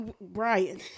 Brian